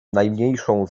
najmniejszą